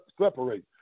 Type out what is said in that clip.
separate